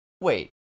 Wait